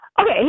Okay